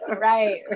right